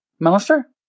Minister